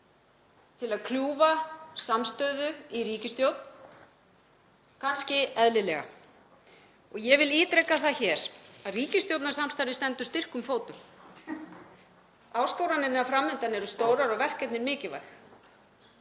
til að kljúfa samstöðu í ríkisstjórn, kannski eðlilega. Ég vil ítreka það hér að ríkisstjórnarsamstarfið stendur styrkum fótum. Áskoranirnar fram undan eru stórar og verkefnin mikilvæg